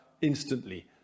instantly